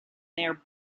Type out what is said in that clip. their